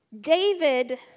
David